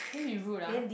don't be rude ah